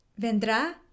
Vendrá